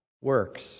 works